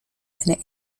and